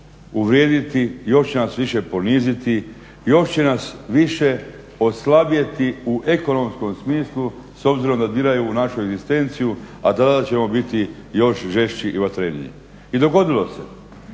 uvrijediti, još će nas više poniziti, još će nas više oslabjeti u ekonomskom smislu s obzirom da diraju u našu egzistenciju, a tada ćemo biti još žešći i vatreniji. I dogodilo se,